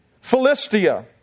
Philistia